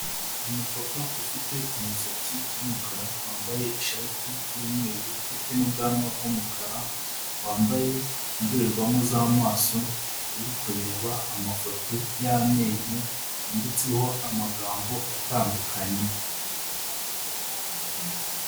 Umupapa ufite umusatsi w'umukara wambaye ishati y'umweru ufite n'ubwanwa bw'umukara wambaye indorerwamo z'amaso, uri kureba amafoto y'amenyo yanditseho amagambo atandukanye.